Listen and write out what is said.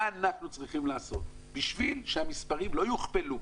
מה אנחנו צריכים לעשות בשביל שהמספרים לא יוכפלו,